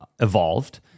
evolved